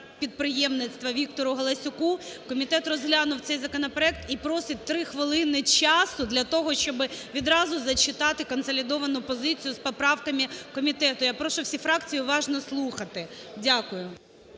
підприємства Віктору Галасюку. Комітет розглянув цей законопроект і просить три хвилини часу для того, щоб відразу зачитати консолідовану позицію з поправками комітету. Я прошу всі фракції уважно слухати. Дякую.